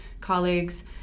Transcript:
colleagues